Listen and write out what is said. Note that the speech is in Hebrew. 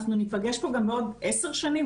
אנחנו ניפגש פה גם בעוד עשר שנים,